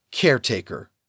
Caretaker